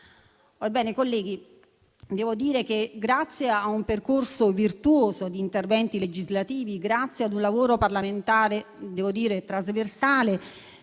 Ebbene, colleghi, devo dire che, grazie a un percorso virtuoso di interventi legislativi e a un lavoro parlamentare trasversale,